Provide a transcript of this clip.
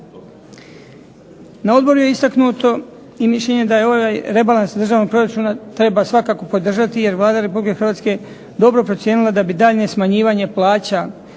Na odboru je istaknuto i mišljenje da je ovaj rebalans državnog proračuna treba svakako podržati jer Vlada Republike Hrvatske dobro procijenila da bi daljnje smanjivanje plaća